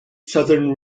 southern